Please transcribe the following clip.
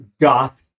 goth